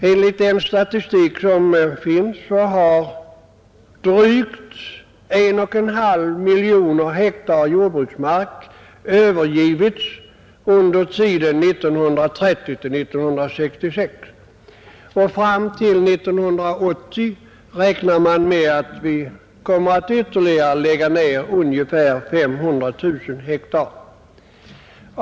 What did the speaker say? Enligt den statistik som finns har drygt 1 1/2 miljon hektar jordbruksmark övergivits under 1930—1966, och man räknar med att vi fram till 1980 kommer att lägga ned ytterligare ungefär 500 000 hektar.